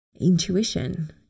intuition